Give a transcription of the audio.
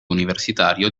universitario